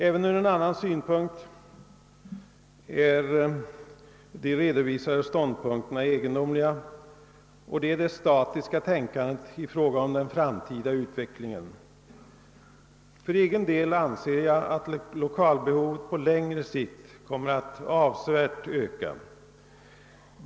Även ur en annan synpunkt är de redovisade ställningstagandena egendomliga, nämligen på grund av det statiska tänkande i fråga om den framtida utvecklingen som de avslöjar. För egen del anser jag att lokalbehovet på längre sikt avsevärt kommer att öka.